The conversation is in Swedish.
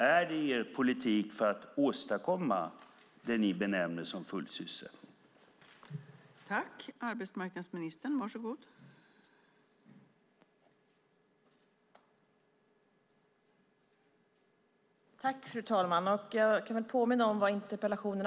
Är det er politik för att åstadkomma det ni benämner som full sysselsättning?